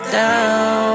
down